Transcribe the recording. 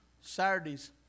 Saturdays